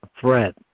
threat